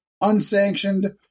Unsanctioned